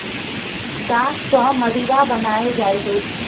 दाख सॅ मदिरा बनायल जाइत अछि